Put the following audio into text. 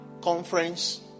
conference